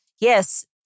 yes